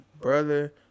brother